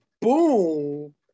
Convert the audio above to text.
boom